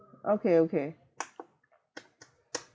okay okay